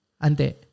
Ante